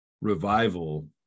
revival